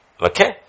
Okay